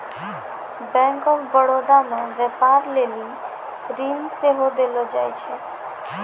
bank of Baroda मे व्यपार लेली ऋण सेहो देलो जाय छै